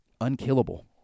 unkillable